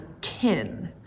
kin